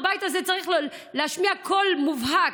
הבית הזה צריך להשמיע קול מובהק.